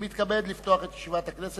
אני מתכבד לפתוח את ישיבת הכנסת.